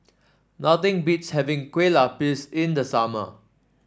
nothing beats having Kueh Lupis in the summer